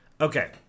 Okay